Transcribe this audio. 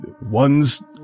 One's